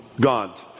God